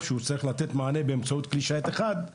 והוא נותן מענה באמצעות כלי שיט אחד,